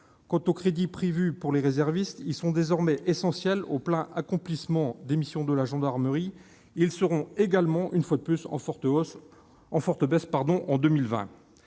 Quant aux crédits prévus pour les réservistes, qui sont désormais essentiels au plein accomplissement des missions de la gendarmerie, ils seront également, une fois de plus, en forte baisse en 2020.